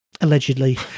allegedly